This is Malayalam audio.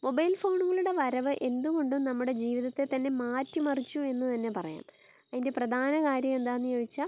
മൊബൈൽ ഫോണുകളുടെ വരവ് എന്ത് കൊണ്ടും നമ്മുടെ ജീവിതത്തെ തന്നെ മാറ്റി മറിച്ചു എന്ന് തന്നെ പറയാം അതിൻ്റെ പ്രധാന കാര്യം എന്താണെന്ന് ചോദിച്ചാൽ